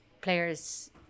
players